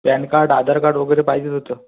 pan card Aadhaar card वगैरे पाहिजेच होतं